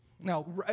Now